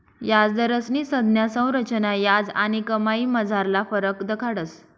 याजदरस्नी संज्ञा संरचना याज आणि कमाईमझारला फरक दखाडस